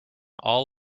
all